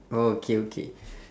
oh okay okay